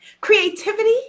creativity